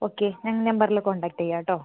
okay ഞാൻ നമ്പറിൽ contact ചെയ്യാം കേട്ടോ